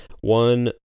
one